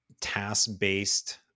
task-based